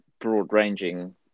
broad-ranging